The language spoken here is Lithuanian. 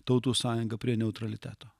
tautų sąjunga prie neutraliteto